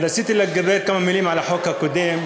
אבל רציתי לומר כמה מילים על החוק הקודם,